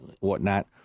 whatnot